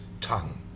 tongue